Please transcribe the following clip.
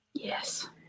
Yes